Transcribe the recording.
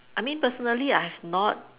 I mean personally I have not